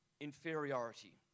inferiority